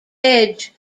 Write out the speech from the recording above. edge